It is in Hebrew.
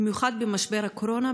במיוחד במשבר הקורונה,